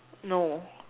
no